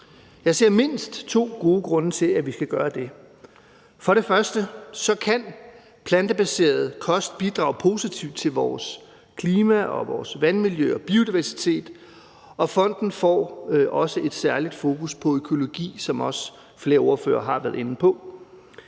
Jeg ser mindst to gode grunde til, at vi skal gøre det. For det første kan plantebaseret kost bidrage positivt til vores klima, vandmiljø og biodiversitet, og fonden får også et særligt fokus på økologi, som flere ordførere også har været inde på.